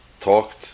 talked